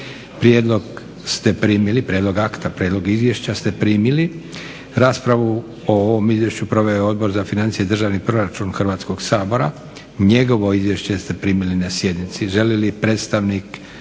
i izborne promidžbe. Prijedlog ata prijedlog izvješća ste primili. Raspravu o ovom izvješću proveo je Odbor za financije i državni proračun Hrvatskog sabora. Njegovo izvješće ste primili na sjednici. Želi li predstavnik